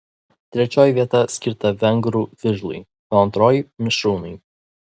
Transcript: trečioji vieta skirta vengrų vižlui o antroji mišrūnui